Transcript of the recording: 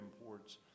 imports